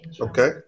Okay